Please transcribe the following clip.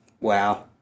Wow